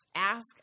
ask